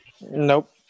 Nope